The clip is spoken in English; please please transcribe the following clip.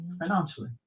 financially